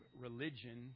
religion